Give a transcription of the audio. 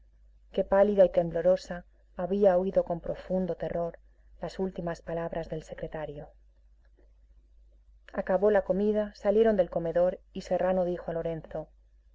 que pálida y temblorosa había oído con profundo terror las últimas palabras del secretario acabó la comida salieron del comedor y serrano dijo a lorenzo